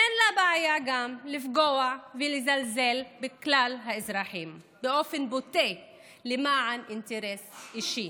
אין לה בעיה גם לפגוע ולזלזל בכלל האזרחים באופן בוטה למען אינטרס אישי.